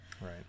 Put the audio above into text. right